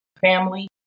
family